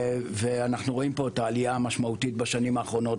ואנחנו רואים פה את העלייה המשמעותית בשנים האחרונות